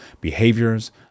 behaviors